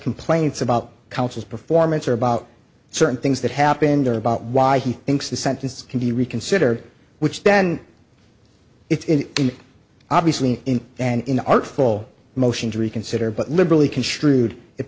complaints about counsel's performance or about certain things that happened or about why he thinks the sentence can be reconsidered which then it's obviously in and in artful motion to reconsider but liberally construed it